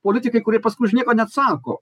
politikai kurie paskui už nieką neatsako